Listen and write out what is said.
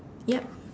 yup